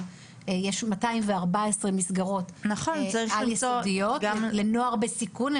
יש 214 מסגרות על-יסודיות לנוער בסיכון.